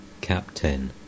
Captain